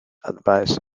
advice